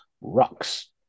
rocks